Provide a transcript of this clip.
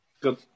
good